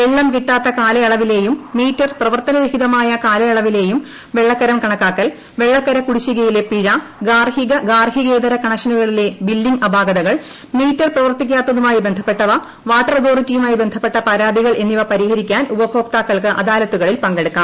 വെള്ളം കിട്ടാത്ത് കാലയളവിലെയും മീറ്റർ പ്രവർത്തനരഹിതമായ കാലയളവിലെയും വെള്ളക്കരം കണക്കാക്കൽ വെള്ളക്കര കുടിശികയിലെ പിഴ ഗാർഹികഗാർഹികേതര കണക്ഷനുകളിലെ ബില്ലിംഗ് അപാകതകൾ മീറ്റർ പ്രവർത്തിക്കാത്തതുമായി ബന്ധപ്പെട്ടവ വാട്ടർ അതോറിറ്റിയുമായി ബന്ധപ്പെട്ട പരാതികൾ എന്നിവ പരിഹരിക്കാൻ ഉപഭോക്താക്കൾക്ക് അദാലത്തുകളിൽ പങ്കെടുക്കാം